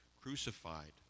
crucified